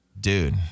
dude